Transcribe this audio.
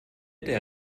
der